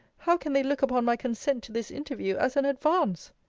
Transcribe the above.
how can they look upon my consent to this interview as an advance?